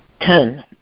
Ten